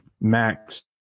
max